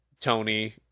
Tony